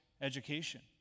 education